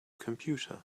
computer